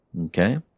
Okay